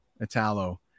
Italo